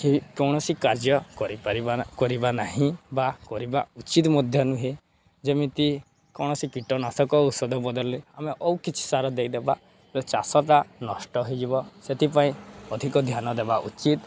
କି କୌଣସି କାର୍ଯ୍ୟ କରିପାରିବା କରିବା ନାହିଁ ବା କରିବା ଉଚିତ ମଧ୍ୟ ନୁହେଁ ଯେମିତି କୌଣସି କୀଟନାଶକ ଔଷଧ ବଦଲେ ଆମେ ଆଉ କିଛି ସାର ଦେଇଦବା ଚାଷଟା ନଷ୍ଟ ହେଇଯିବ ସେଥିପାଇଁ ଅଧିକ ଧ୍ୟାନ ଦେବା ଉଚିତ୍